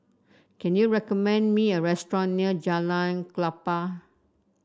can you recommend me a restaurant near Jalan Klapa